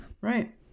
Right